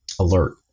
alert